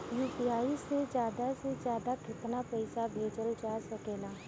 UPI से ज्यादा से ज्यादा केतना पईसा भेजल जा सकेला?